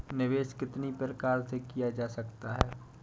निवेश कितनी प्रकार से किया जा सकता है?